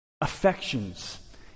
affections